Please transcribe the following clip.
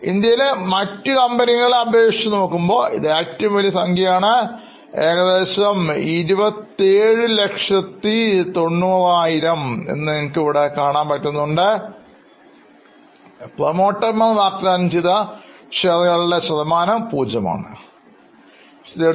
ഇന്ത്യയിലെ മറ്റു കമ്പനികളെ അപേക്ഷിച്ച് നോക്കുമ്പോൾ ഇത് ഏറ്റവും വലിയ സംഖ്യയാണ് 2790000 പ്രൊമോട്ടർമാർ offer ചെയ്ത ഷെയറുകളുടെ ശതമാനം 0 ആണ്